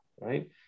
right